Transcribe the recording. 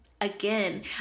Again